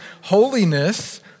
holiness